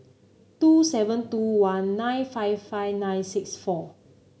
two seven two one nine five five nine six four